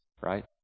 right